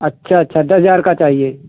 अच्छा अच्छा दस हजार का चाहिए